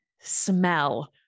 smell